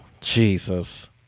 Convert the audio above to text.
jesus